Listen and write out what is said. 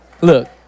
Look